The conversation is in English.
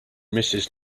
mrs